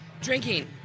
Drinking